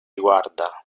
guarda